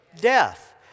Death